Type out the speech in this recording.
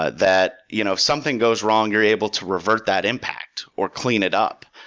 ah that you know if something goes wrong, you're able to revert that impact, or clean it up.